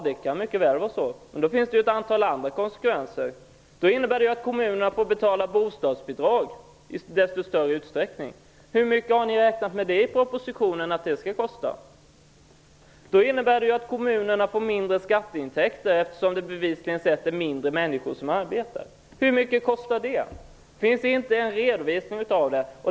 Det kan mycket väl vara så, men det medför andra konsekvenser, som att kommunerna måste betala bostadsbidrag i större utsträckning. Hur mycket har ni i propositionen räknat med att det skall kosta? Kommunerna skulle få mindre skatteintäkter eftersom det bevisligen blir färre människor som arbetar. Hur mycket kostar det? Det finns inte någon redovisning av det.